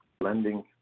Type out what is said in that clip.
lending